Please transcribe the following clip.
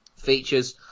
features